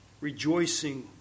rejoicing